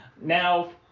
Now